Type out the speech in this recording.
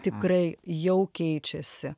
tikrai jau keičiasi